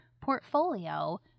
portfolio